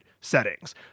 settings